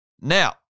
now